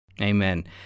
Amen